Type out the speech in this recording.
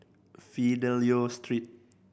Fidelio Street